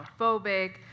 homophobic